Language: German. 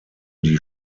die